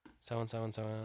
so-and-so-and-so